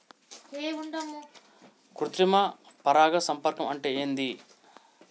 కృత్రిమ పరాగ సంపర్కం అంటే ఏంది?